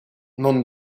non